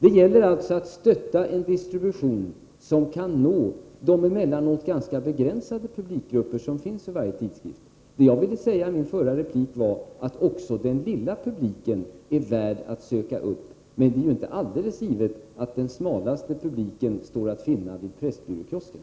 Det gäller att stötta en distribution som kan nå de emellanåt ganska begränsade publikgrupper som finns för varje tidskrift. I min förra replik ville jag säga att också den lilla publiken är värd att söka upp. Men det är inte alldeles givet att den smalaste publiken står att finna vid pressbyråkiosken.